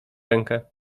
rękę